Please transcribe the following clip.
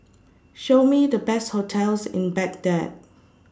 Show Me The Best hotels in Baghdad